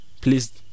Please